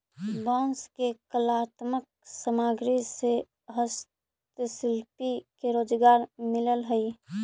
बांस के कलात्मक सामग्रि से हस्तशिल्पि के रोजगार मिलऽ हई